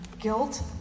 guilt